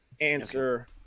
answer